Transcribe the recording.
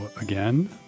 again